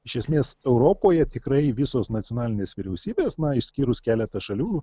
iš esmės europoje tikrai visos nacionalinės vyriausybės na išskyrus keletą šalių